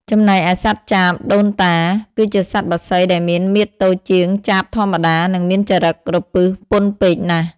ចំណែកឯសត្វចាបដូនតា គឺជាសត្វបក្សីដែលមានមាឌតូចជាងចាបធម្មតា និងមានចរិតរពឹសពន់ពេកណាស់។